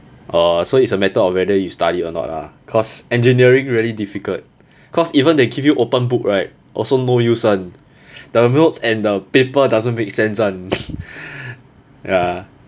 orh so it's a matter of whether you study or not lah cause engineering really difficult cause even they give you open book right also no use [one] the notes and the paper doesn't make sense [one] ya